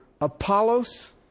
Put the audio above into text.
Apollos